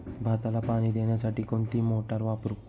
भाताला पाणी देण्यासाठी कोणती मोटार वापरू?